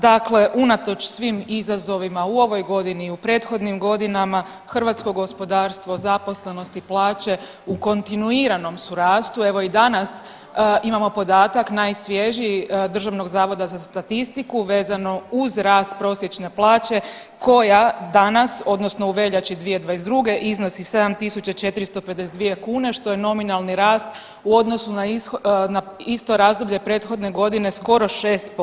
Dakle, unatoč svim izazovima u ovoj godini i u prethodnim godinama hrvatsko gospodarstvo, zaposlenost i plaće u kontinuiranom su rastu, evo i danas imamo podatak najsvježiji DZS-a vezano uz rast prosječne plaće koja danas odnosno u veljači 2022. iznosi 7.452 kune što je nominalni rast u odnosu na isto razdoblje prethodne godine skoro 6%